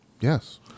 Yes